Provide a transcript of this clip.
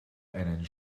einen